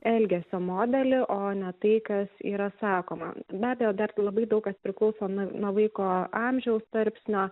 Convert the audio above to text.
elgesio modelį o ne tai kas yra sakoma be abejo dar labai daug kas priklauso nuo vaiko amžiaus tarpsnio